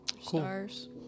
stars